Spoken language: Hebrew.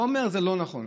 לא אומר שזה לא נכון.